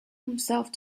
himself